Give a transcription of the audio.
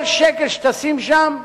כל שקל שתשים שם,